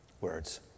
Words